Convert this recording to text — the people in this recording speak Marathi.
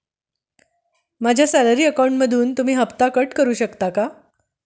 माझ्या सॅलरी अकाउंटमधून तुम्ही हफ्ता कट करू शकता का?